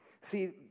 See